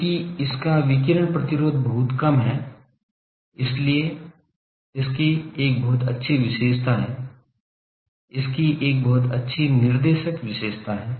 क्योंकि इसका विकिरण प्रतिरोध बहुत कम है लेकिन इसकी एक बहुत अच्छी विशेषता है इसकी एक बहुत अच्छी निर्देशक विशेषता है